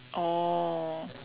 oh